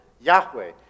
Yahweh